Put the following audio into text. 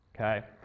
okay